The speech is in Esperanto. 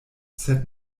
sed